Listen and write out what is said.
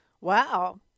wow